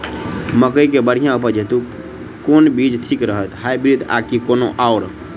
मकई केँ बढ़िया उपज हेतु केँ बीज ठीक रहतै, हाइब्रिड आ की कोनो आओर?